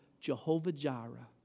Jehovah-Jireh